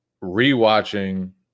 re-watching